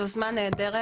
היוזמה נהדרת.